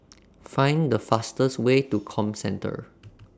Find The fastest Way to Comcentre